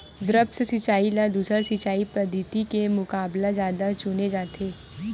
द्रप्स सिंचाई ला दूसर सिंचाई पद्धिति के मुकाबला जादा चुने जाथे